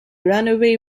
runway